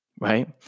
right